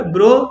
Bro